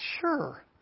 sure